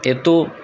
এত